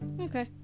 okay